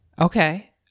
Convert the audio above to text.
Okay